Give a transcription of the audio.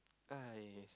uh yes